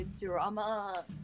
Drama